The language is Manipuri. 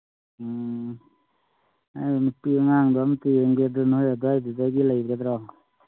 ꯎꯝ ꯑꯩꯗꯣ ꯅꯨꯄꯤ ꯑꯉꯥꯡꯗꯣ ꯑꯝꯇ ꯌꯦꯡꯗꯦ ꯑꯗꯨ ꯅꯣꯏ ꯑꯗꯥꯏꯗꯨꯗꯒꯤ ꯂꯩꯒꯗ꯭ꯔꯣ